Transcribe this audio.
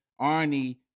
Arnie